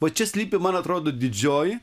o čia slypi man atrodo didžioji